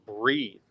breathe